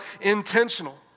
intentional